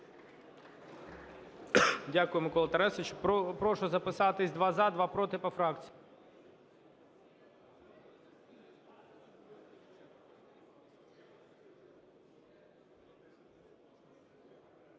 Дякую, Микола Тарасович. Прошу записатись: два – за, два – проти, по фракціям.